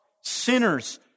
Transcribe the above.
sinners